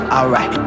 Alright